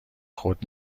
خود